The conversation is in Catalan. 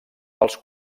pels